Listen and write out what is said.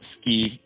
ski